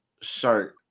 shirt